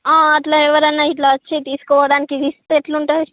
అలా ఎవరైనా ఇలా వచ్చి తీసుకుని పోవడానికి తీస్తే ఎలా ఉంటుంది